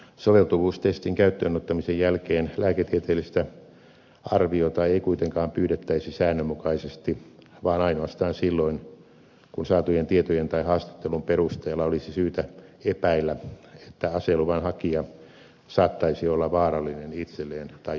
soveltuvuustestin käyttöönottamisen jälkeen lääketieteellistä arviota ei kuitenkaan pyydettäisi säännönmukaisesti vaan ainoastaan silloin kun saatujen tietojen tai haastattelun perusteella olisi syytä epäillä että aseluvan hakija saattaisi olla vaarallinen itselleen tai ympäristölleen